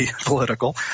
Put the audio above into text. political